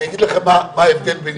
זכיין פרטי